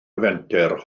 fenter